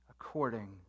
according